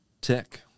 tech